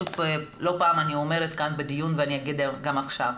לא פעם אני אומרת כאן בדיון ואני אגיד גם עכשיו,